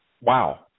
Wow